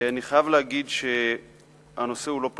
אני חייב להגיד שהנושא הוא לא פשוט,